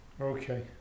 Okay